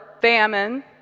famine